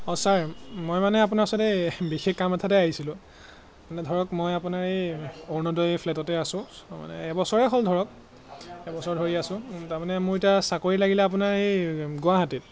অঁ ছাৰ মই মানে আপোনাৰ ওচৰত এই বিশেষ কাম এটাতে আহিছিলোঁ মানে ধৰক মই আপোনাৰ এই অৰুণোদয় ফ্লেটতে আছোঁ মানে এবছৰে হ'ল ধৰক এবছৰ ধৰি আছোঁ তাৰমানে মোৰ এতিয়া চাকৰি লাগিলে আপোনাৰ এই গুৱাহাটীত